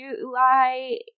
July